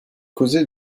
causé